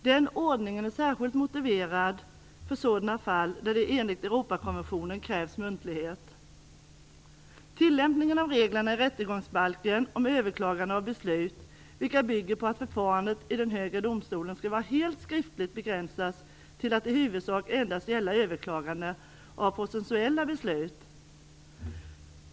Den ordningen är särskilt motiverad för sådana fall där det enligt Europakonventionen krävs muntlighet. Tillämpningen av reglerna i rättegångsbalken om överklagande av beslut, vilka bygger på att förfarandet i den högre domstolen skall vara helt skriftligt, begränsas till att i huvudsak gälla endast överklaganden av processuella beslut.